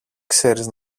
ξέρεις